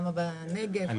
כמה בנגב,